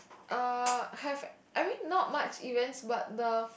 err have I mean not much events but the